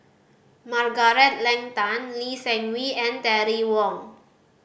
Margaret Leng Tan Lee Seng Wee and Terry Wong